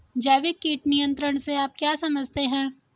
जैविक कीट नियंत्रण से आप क्या समझते हैं?